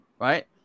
Right